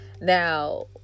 now